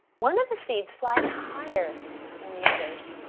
one of the seeds flies higher than the others.